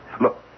look